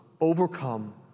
overcome